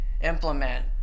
implement